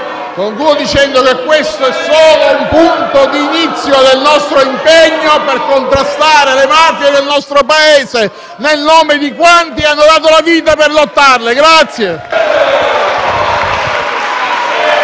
Concludo dicendo che questo è solo un punto di inizio del nostro impegno per contrastare le mafie nel nostro Paese, nel nome di quanti hanno dato la vita per combatterle.